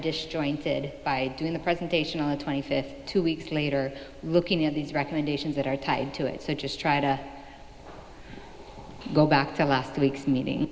dish jointed by doing the presentation on the twenty fifth two weeks later looking at these recommendations that are tied to it so just try to go back to last week's meeting